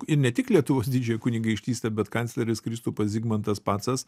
ir ne tik lietuvos didžiąją kunigaikštystę bet kancleris kristupas zigmantas pacas